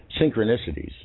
synchronicities